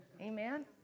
Amen